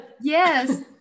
Yes